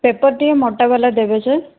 paper ଟିକେ ମୋଟା ବାଲା ଦେବେ ସାର୍